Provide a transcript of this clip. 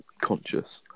conscious